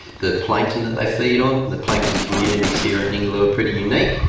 the plankton that they feed on. the plankton communities here at ningaloo are pretty unique.